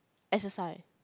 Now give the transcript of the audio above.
exercise